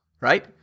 right